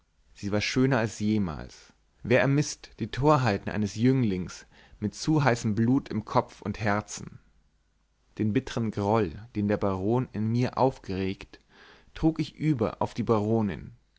sie war schöner als jemals wer ermißt die torheiten eines jünglings mit zu heißem blut im kopf und herzen den bittern groll den der baron in mir aufgeregt trug ich über auf die